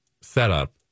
setup